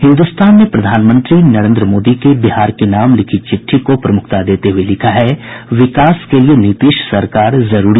हिन्दुस्तान ने प्रधानमंत्री नरेन्द्र मोदी के बिहार के नाम लिखी चिट्ठी को प्रमुखता देते हुये लिखा है विकास के लिए नीतीश सरकार जरूरी